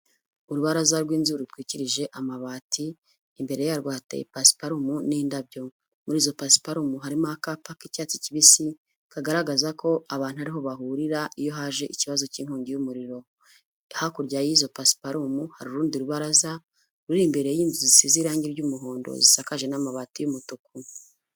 Urubaraza rw'inzu rutwikirije amabati, imbere yarwo hateye pasiparumu n'indabyo. Muri izo pasiparumu harimo akapa k'icyatsi kibisi kagaragaza ko abantu ariho bahurira iyo haje ikibazo cy'inkongi y'umuriro.. Hakurya y'izo pasiparumu hari urundi rubaraza ruri imbere y'inzu zisize irangi ry'umuhondo, zisakaje n'amabati y'umutuku.